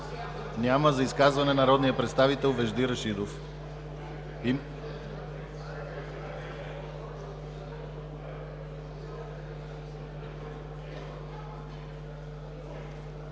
Няма. За изказване – народният представител Вежди Рашидов.